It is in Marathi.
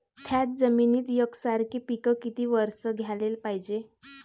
थ्याच जमिनीत यकसारखे पिकं किती वरसं घ्याले पायजे?